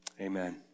amen